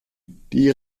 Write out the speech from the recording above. die